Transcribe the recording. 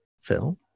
phil